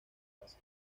caza